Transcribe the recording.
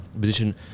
position